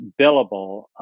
billable